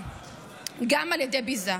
גם על ידי ביזה.